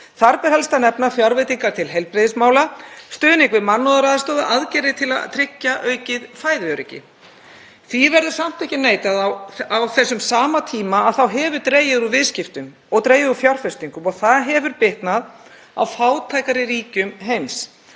Þar ber helst að nefna fjárveitingar til heilbrigðismála, stuðning við mannúðaraðstoð og aðgerðir til að tryggja aukið fæðuöryggi. Því verður samt ekki neitað að á þessum sama tíma hefur dregið úr viðskiptum og dregið úr fjárfestingum og það hefur bitnað á fátækari ríkjum heims.